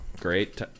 Great